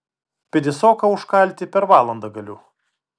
pidisoką užkalti per valandą galiu